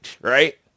right